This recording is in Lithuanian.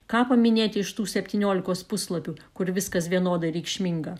ką paminėti iš tų septyniolikos puslapių kur viskas vienodai reikšminga